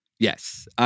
Yes